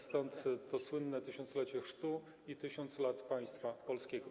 Stąd to słynne 1000-lecie chrztu i 1000 lat państwa polskiego.